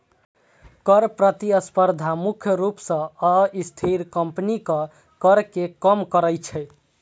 कर प्रतिस्पर्धा मुख्य रूप सं अस्थिर कंपनीक कर कें कम करै छै